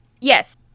Yes